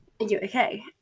okay